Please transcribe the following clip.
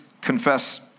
confess